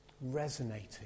resonating